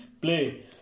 play